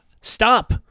Stop